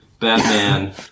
Batman